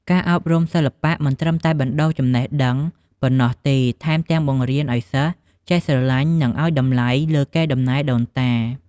ការអប់រំសិល្បៈមិនត្រឹមតែបណ្តុះចំណេះដឹងប៉ុណ្ណោះទេ ថែមទាំងបង្រៀនឱ្យសិស្សចេះស្រឡាញ់ និងឱ្យតម្លៃលើកេរដំណែលដូនតា។